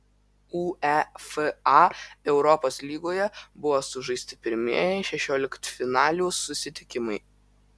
uefa europos lygoje buvo sužaisti pirmieji šešioliktfinalių susitikimai